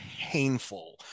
painful